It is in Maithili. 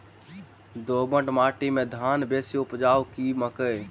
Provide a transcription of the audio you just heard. दोमट माटि मे धान बेसी उपजाउ की मकई?